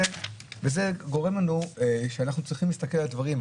זה גורם לנו שאנחנו צריכים להסתכל על דברים,